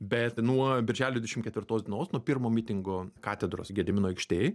bet nuo birželio dvidešim ketvirtos dienos nuo pirmo mitingo katedros gedimino aikštėj